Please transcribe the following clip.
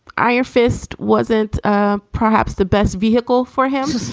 iron fist wasn't ah perhaps the best vehicle for him,